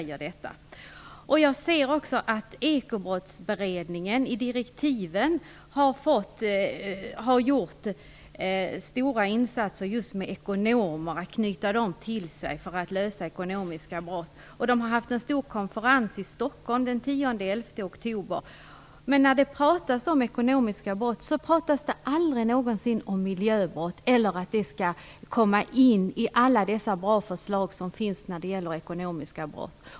Genom Ekobrottsberedningens direktiv har stora insatser gjorts när det gäller att knyta till sig ekonomer för att lösa ekonomiska brott, och beredningen hade en stor konferens i Stockholm den 10-11 oktober. Men när det talas om ekonomiska brott talas det aldrig någonsin om miljöbrott eller om att miljöbrotten skall omfattas av alla de goda förslag som gäller ekonomiska brott.